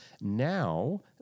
now